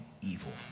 evil